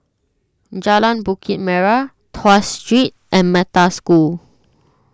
Jalan Bukit Merah Tuas Street and Metta School